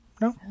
No